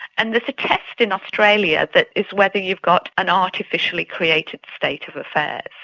and there's a test in australia that is whether you've got an artificially created state of affairs,